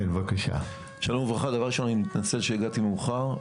דבר ראשון, אני מתנצל שהגעתי מאוחר.